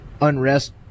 unrest